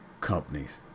companies